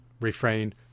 refrain